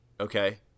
Okay